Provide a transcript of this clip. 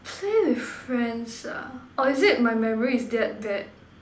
play with friends ah or is it my memory is that bad